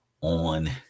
on